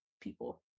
people